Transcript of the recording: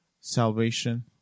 salvation